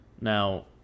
Now